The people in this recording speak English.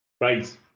Right